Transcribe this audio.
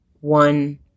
one